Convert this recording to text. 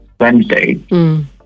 Wednesday